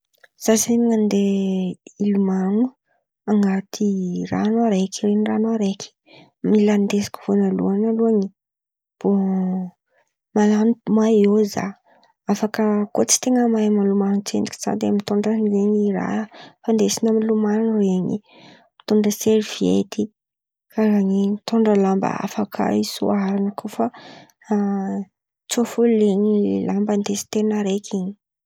Zah zen̈y andeha iloman̈o an̈aty ran̈o raiky reniran̈o araiky. Mila andesiko voalalohan̈y aloha ny bô- man̈ano maiô zah, afaka koa tsy ten̈a mahay milomano tsendriky zah, de mitôndra zen̈y raha fandesina miloman̈o iren̈y, mitondra serviety karàn'in̈y mitondra lamba hafa kà isoaran̈a koa fa tsôa fo len̈y lamba indesin-ten̈a raiky iny.